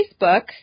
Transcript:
Facebook